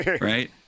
right